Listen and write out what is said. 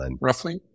roughly